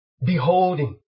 beholding